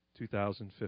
2015